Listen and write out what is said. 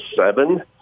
seven